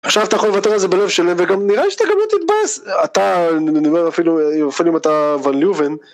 עכשיו אתה יכול לבטל על זה בלב שלם, וגם נראה לי שאתה גם לא תתבייס, אתה, אני אומר אפילו, לפעמים אתה ון ליובן.